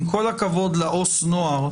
עם כל הכבוד לעובד הסוציאלית לחוק הנוער,